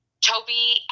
Toby